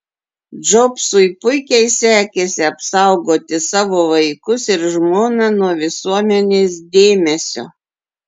džobsui puikiai sekėsi apsaugoti savo vaikus ir žmoną nuo visuomenės dėmesio